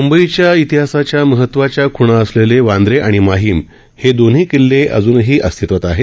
मंबईच्या इतिहासाच्या महत्वाच्या खुणा असलेले वांद्रे आणि माहीम हे दोन्ही किल्ले अजुनही अस्तित्वात आहेत